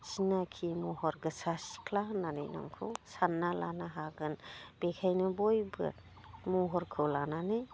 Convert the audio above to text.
सिनाखि महर गोसा सिख्ला होननानै नोंखौ सानना लानो हागोन बेखायनो बयबो महरखौ लानानै